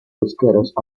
pesqueros